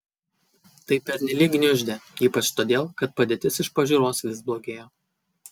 tai pernelyg gniuždė ypač todėl kad padėtis iš pažiūros vis blogėjo